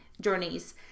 journeys